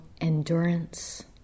endurance